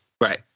Right